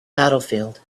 battlefield